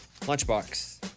Lunchbox